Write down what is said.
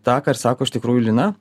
tą ką ir sako iš tikrųjų lina